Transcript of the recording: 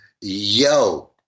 yo